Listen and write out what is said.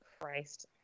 Christ